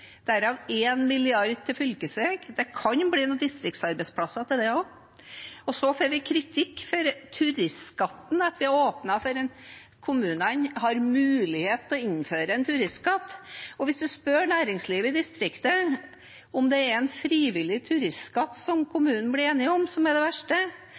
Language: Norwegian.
derav 1 mrd. kr til fylkesveg. Det kan bli noen distriktsarbeidsplasser av det også. Og så får vi kritikk for turistskatten, for at vi har åpnet for at kommunene har mulighet til å innføre en turistskatt. Man kan spørre næringslivet i distriktene om det er en frivillig turistskatt som kommunen blir enig om, som er det verste,